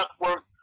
Network